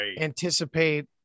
anticipate